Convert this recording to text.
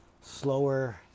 slower